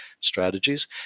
strategies